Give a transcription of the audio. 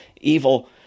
evil